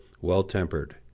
well-tempered